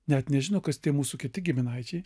net nežino kas tie mūsų kiti giminaičiai